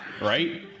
right